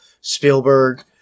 Spielberg